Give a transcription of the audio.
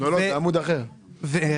בשורה התחתונה,